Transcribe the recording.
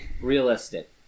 Realistic